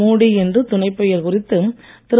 மோடி என்று துணைப் பெயர் குறித்து திரு